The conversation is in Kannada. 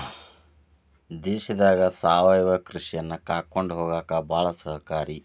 ದೇಶದಾಗ ಸಾವಯವ ಕೃಷಿಯನ್ನಾ ಕಾಕೊಂಡ ಹೊಗಾಕ ಬಾಳ ಸಹಕಾರಿ